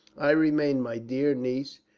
i remain, my dear niece,